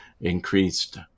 increased